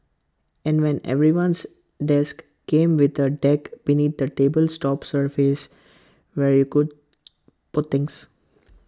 and when everyone's desk came with A deck beneath the table's top surface where you could put things